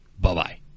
Bye-bye